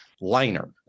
liner